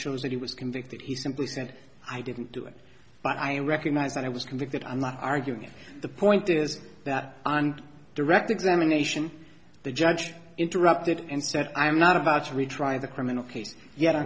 shows that he was convicted he simply said i didn't do it but i recognize that i was convicted i'm not arguing the point is that and direct examination the judge interrupted and said i'm not about to retry the criminal case ye